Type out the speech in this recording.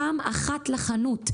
פעם אחת לחנות,